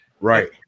right